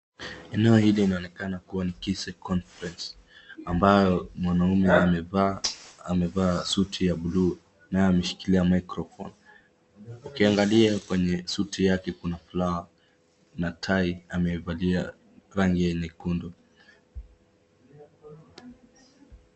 Eneo hili inaoneka kuwa ni Kise Conference ambsyo mwanume amevaa suti ya bluu na ameshikilia microphone . Ukiangalia kwenye suti yake kuna flower na tai amevalia rangi ya nyekundu.